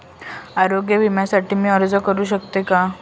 आरोग्य विम्यासाठी मी अर्ज करु शकतो का?